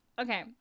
Okay